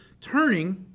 turning